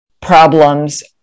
problems